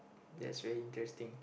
that's very interesting